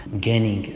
gaining